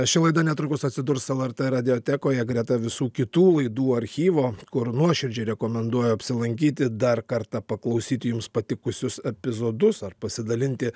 ši laida netrukus atsidurs lrt radiotekoje greta visų kitų laidų archyvo kur nuoširdžiai rekomenduoju apsilankyti dar kartą paklausyti jums patikusius epizodus ar pasidalinti